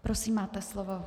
Prosím máte slovo.